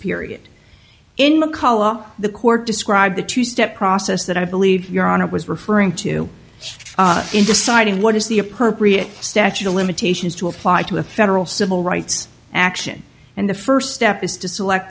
period in mccollough the court described the two step process that i believe you're on it was referring to in deciding what is the appropriate statute of limitations to apply to a federal civil rights action and the first step is to select